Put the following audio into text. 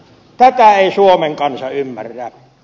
tätä ei suomen kansa ymmärrä